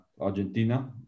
Argentina